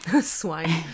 Swine